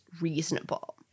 reasonable